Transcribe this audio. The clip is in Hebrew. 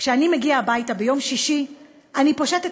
כשאני מגיע הביתה ביום שישי אני פושט את